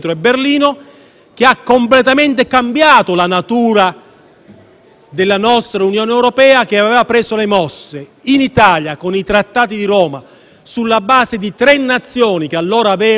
della nostra Unione europea, che aveva preso le mosse in Italia con i Trattati di Roma sulla base di tre Nazioni che all'epoca avevano la stessa dimensione demografica, economica